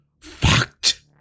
fucked